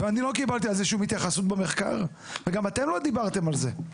ואני לא קיבלתי על זה שום התייחסות במחקר וגם אתם לא דיברתם על זה.